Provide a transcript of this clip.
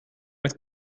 met